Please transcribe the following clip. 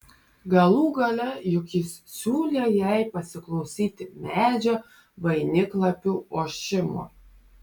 galų gale juk jis siūlė jai pasiklausyti medžio vainiklapių ošimo